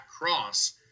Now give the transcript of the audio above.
cross